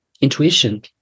intuition